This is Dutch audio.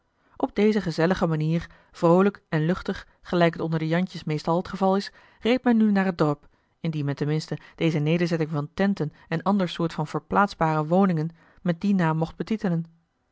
op deze gezellige manier vroolijk en luchtig gelijk het onder de jantjes meestal het geval is reed men nu naar het dorp indien men ten minste deze nederzetting van tenten en ander soort van verplaatsbare woningen met dien naam mocht betitelen